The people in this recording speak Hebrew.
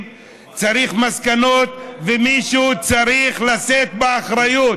צריך מסקנות, ומישהו צריך לשאת באחריות.